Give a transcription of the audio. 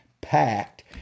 packed